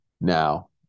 Now